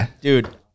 Dude